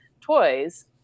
toys